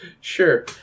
Sure